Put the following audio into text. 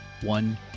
One